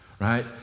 Right